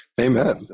Amen